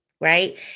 right